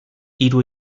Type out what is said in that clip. hiru